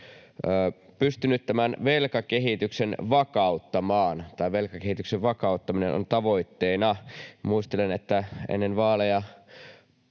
pystynyt tämän velkakehityksen vakauttamaan tai velkakehityksen vakauttaminen on tavoitteena. Muistelen, että ennen vaaleja